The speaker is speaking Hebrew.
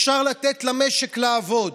אפשר לתת למשק לעבוד,